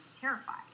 terrified